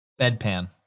Bedpan